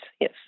yes